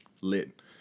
lit